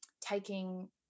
Taking